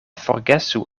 forgesu